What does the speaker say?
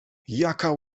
jaka